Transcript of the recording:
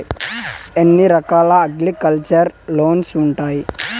ఎన్ని రకాల agriculture loans ఉండాయి